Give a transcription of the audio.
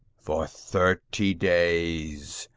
for thirty days,